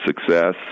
success